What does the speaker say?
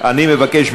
אני מבקש,